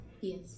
Yes